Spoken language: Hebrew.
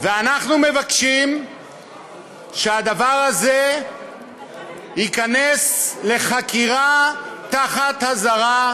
ואנחנו מבקשים שהדבר הזה ייכנס לחקירה באזהרה,